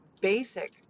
basic